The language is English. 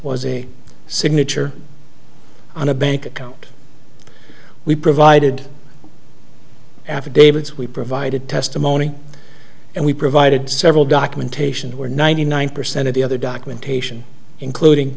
was a signature on a bank account we provided affidavits we provided testimony and we provided several documentation where ninety nine percent of the other documentation including